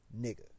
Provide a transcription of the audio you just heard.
Nigga